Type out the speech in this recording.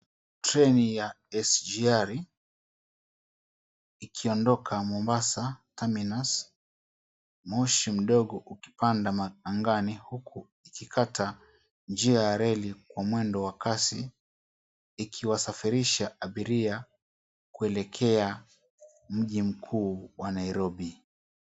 Treni ya SGR ikiondoka Mombasa terminus . Moshi mdogo ukipanda angani huku ikikata njia ya reli kwa mwendo wa kasi ikiwasafirisha abiria kuelekea mji mkuu wa Nairobi.